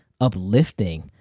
uplifting